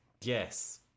yes